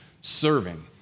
serving